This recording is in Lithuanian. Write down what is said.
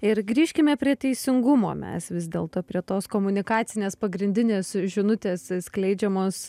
ir grįžkime prie teisingumo mes vis dėlto prie tos komunikacinės pagrindinės žinutės skleidžiamos